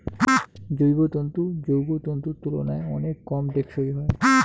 জৈব তন্তু যৌগ তন্তুর তুলনায় অনেক কম টেঁকসই হয়